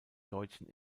deutschen